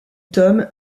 tome